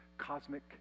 cosmic